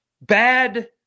bad